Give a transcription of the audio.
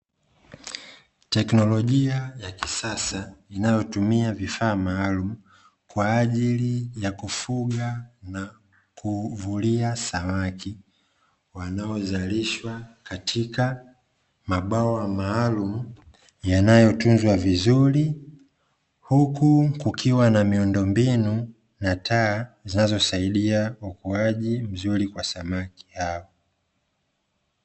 Teknolojia ya kisasa, inayotumia vifaa maalumu kwa ajili ya kufuga na kuvulia samaki, wanaozalishwa katika mabwawa maalum yanayotunzwa vizuri, huku kukiwa na miundombinu na taa, zinazosaidia ukuaji mzuri kwa samaki hao.